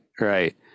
right